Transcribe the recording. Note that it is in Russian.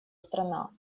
страна